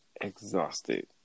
exhausted